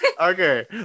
okay